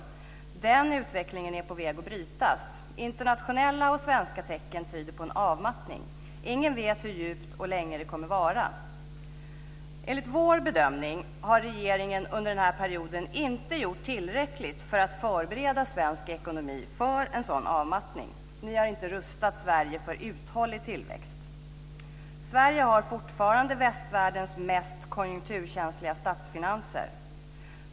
Den utvecklingen är på väg att brytas. Internationella och svenska tecken tyder på en avmattning. Ingen vet hur djup den blir och hur länge den kommer att vara. Enligt vår bedömning har regeringen under den här perioden inte gjort tillräckligt för att förbereda svensk ekonomi för en sådan avmattning. Ni har inte rustat Sverige för uthållig tillväxt. Sverige har fortfarande västvärldens mest konjunkturkänsliga statsfinanser.